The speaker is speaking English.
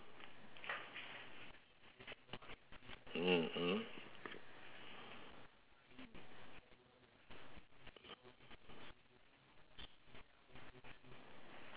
mmhmm